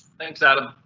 thanks, adam,